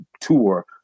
tour